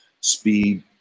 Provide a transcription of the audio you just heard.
speed